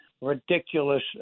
ridiculous